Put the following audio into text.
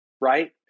right